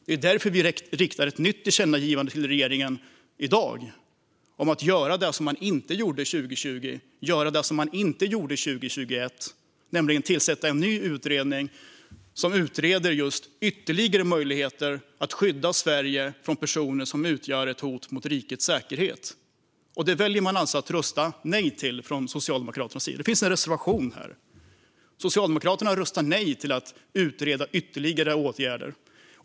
Det är därför vi vill rikta ett nytt tillkännagivande till regeringen i dag om att göra det som man inte gjorde 2020 och 2021, nämligen att tillsätta en ny utredning som utreder ytterligare möjligheter att skydda Sverige från personer som utgör ett hot mot rikets säkerhet. Det finns en reservation här, och Socialdemokraterna röstar alltså nej till att utreda ytterligare åtgärder.